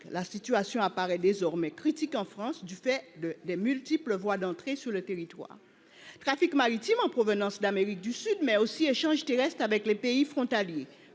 La situation apparaît désormais critique en France du fait de des multiples voix d'entrée sur le territoire. Trafic maritime en provenance d'Amérique du Sud mais aussi échange tu restes avec les pays frontaliers